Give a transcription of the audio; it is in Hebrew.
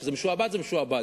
כשזה משועבד, זה משועבד.